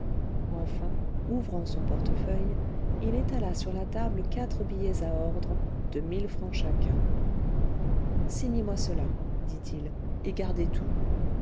enfin ouvrant son portefeuille il étala sur la table quatre billets à ordre de mille francs chacun signez moi cela dit-il et gardez tout